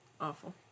Awful